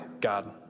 God